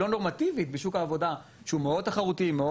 היא לא נורמטיבית בשוק עבודה שהוא מאוד תחרותי.